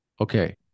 Okay